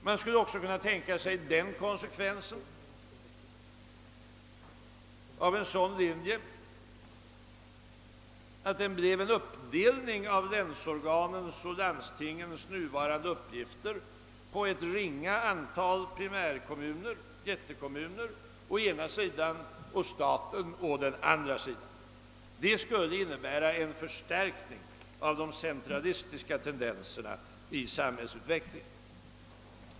Man skulle också kunna tänka sig den konsekvensen av en sådan linje, att det blev en uppdelning av länsorganens och landstingens nuvarande uppgifter mellan å ena sidan ett ringa antal primärkommuner — jättekommuner — och å andra sidan staten. Det skulle innebära en förstärkning av de centralistiska tendenserna i samhällsutvecklingen.